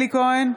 אלי כהן,